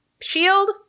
shield